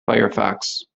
firefox